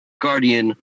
guardian